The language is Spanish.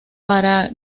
para